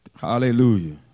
Hallelujah